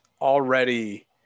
already